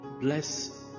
Bless